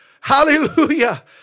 Hallelujah